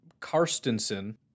Karstensen